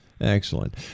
Excellent